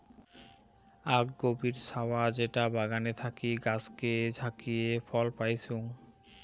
আক গরীব ছাওয়া যেটা বাগানে থাকি গাছকে ঝাকিয়ে ফল পাইচুঙ